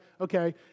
okay